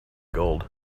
gold